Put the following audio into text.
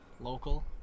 local